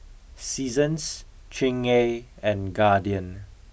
Seasons Chingay and Guardian